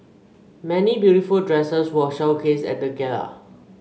many beautiful dresses were showcased at the gala